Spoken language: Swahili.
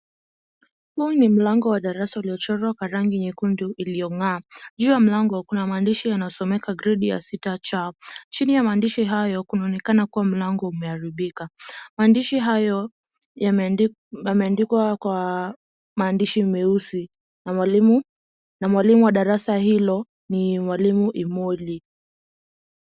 Huu ni mlango wa darasa uliochorwa kwa rangi nyekundu iliyong'aa. Juu ya mlango kuna maandishi yanayosomeka gredi ya sita c . Chini ya maandishi hayo kunaonekana kuwa mlango umeharibika. Maandishi hayo yameandikwa kwa maandishi meusi na mwalimu wa darasa hilo ni mwalimu Emoli.